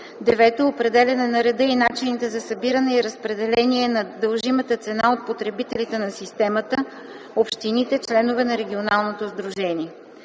9. определяне на реда и начините за събиране и разпределение на дължимата цена от потребителите на системата (общините, членове на регионалното сдружение);